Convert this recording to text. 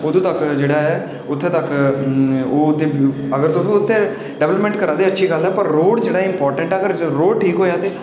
अदूं तक्क जेह्ड़ा ऐ उत्खै तक्क अगर तुस उत्थै डैवलपमैंट करा दे अच्छी गल्ल ऐ पर रोड़ जेह्ड़ा इम्पार्टेंट ऐ अगर रोड़ ठीक होआ ते